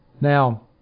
Now